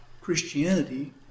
Christianity